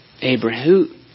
Abraham